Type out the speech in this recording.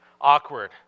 awkward